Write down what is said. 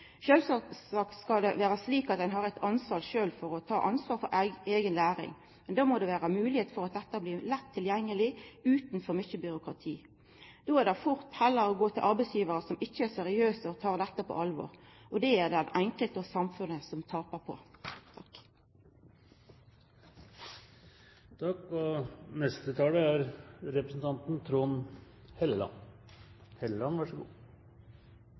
skal det vera slik at ein har ansvar for eiga læring, men då må det vera moglegheit for at dette blir lett tilgjengeleg, utan for mykje byråkrati. Då er det fort gjort heller å gå til arbeidsgivarar som ikkje er seriøse og tek dette på alvor. Og det er det den enkelte og samfunnet som tapar på. Det er en viktig problemstilling interpellanten tar opp, spesielt fordi vi i alt arbeidet med innvandrings- og